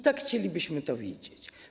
Tak chcielibyśmy to widzieć.